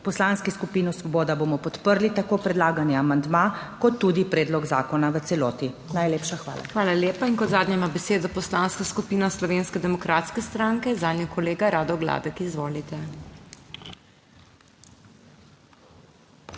Poslanski skupini Svoboda bomo podprli tako predlagani amandma kot tudi predlog zakona v celoti. Najlepša hvala. PODPREDSEDNICA MAG. MEIRA HOT: Hvala lepa. In kot zadnja ima besedo Poslanska skupina Slovenske demokratske stranke, zanjo kolega Rado Gladek. Izvolite.